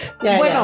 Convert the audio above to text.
Bueno